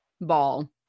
ball